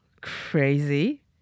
Crazy